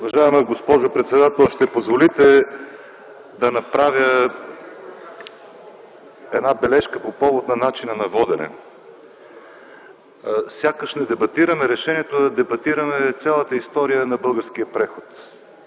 Уважаема госпожо председател, ще позволите да направя бележка по повод начина на водене. Сякаш не дебатираме решението, а дебатираме цялата история на българския преход.